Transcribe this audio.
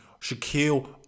Shaquille